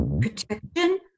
protection